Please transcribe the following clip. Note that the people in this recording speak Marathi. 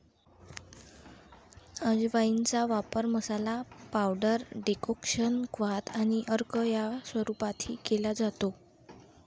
अजवाइनचा वापर मसाला, पावडर, डेकोक्शन, क्वाथ आणि अर्क या स्वरूपातही केला जातो